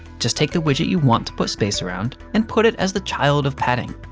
just take the widget you want to put space around and put it as the child of padding.